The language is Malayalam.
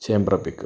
ചേമ്പ്ര പീക്ക്